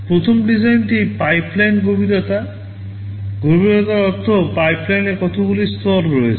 প্রথম জিনিসটি পাইপলাইন গভীরতা গভীরতার অর্থ পাইপলাইনের কতগুলি স্তর রয়েছে